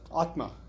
atma